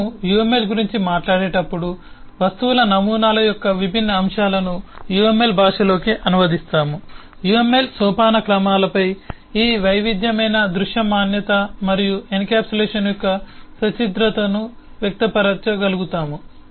మనము UML గురించి మాట్లాడేటప్పుడు వస్తువుల నమూనాల యొక్క విభిన్న అంశాలను UML భాషలోకి అనువదిస్తాము UML సోపానక్రమాలపై ఈ వైవిధ్యమైన దృశ్యమానత మరియు ఎన్క్యాప్సులేషన్ యొక్క సచ్ఛిద్రతను వ్యక్తపరచగలుగుతాము